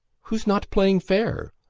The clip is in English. who's not playing fair?